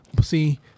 see